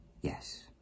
Yes